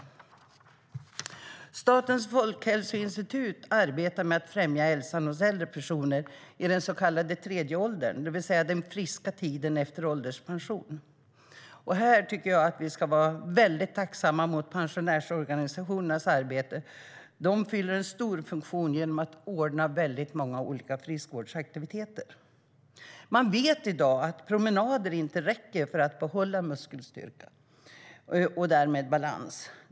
Statens folkhälsoinstitut arbetar med att främja hälsan hos äldre personer i den så kallade tredje åldern, det vill säga den friska tiden efter ålderspensionen. Här tycker jag att vi ska vara tacksamma mot pensionärsorganisationernas arbete. De fyller en stor funktion genom att anordna många olika friskvårdsaktiviteter. Man vet i dag att promenader inte räcker för att behålla muskelstyrka och därmed balans.